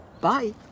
Bye